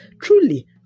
Truly